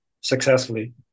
successfully